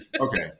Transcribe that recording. okay